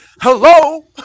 Hello